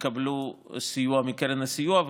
יקבלו סיוע מקרן הסיוע.